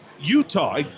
Utah